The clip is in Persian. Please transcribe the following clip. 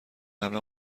قبلا